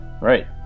Right